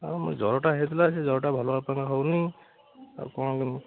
ଆଉ ମୋ ଜ୍ଵରଟା ହୋଇଥିଲା ସେହି ଜ୍ଵରଟା ଭଲ ହେବା ପାଇଁକା ହେଉନି ଆଉ କ'ଣ